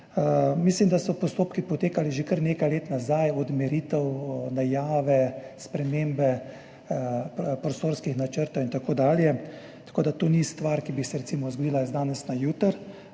Mislim, da so postopki potekali že kar nekaj let nazaj, od meritev, najave, spremembe, prostorskih načrtov in tako dalje. Tako da to ni stvar, ki bi se recimo zgodila z danes na jutri,